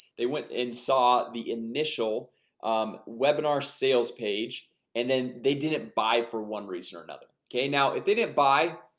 they went in saw the initial um webinar sales page and then they didn't buy for one reason or another okay now if they didn't buy,